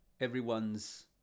everyone's